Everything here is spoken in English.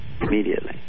immediately